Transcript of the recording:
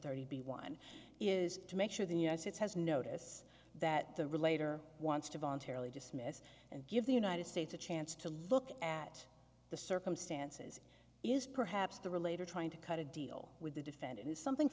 thirty b one is to make sure the united states has notice that the relator wants to voluntarily dismiss and give the united states a chance to look at the circumstances is perhaps the relator trying to cut a deal with the defendant is something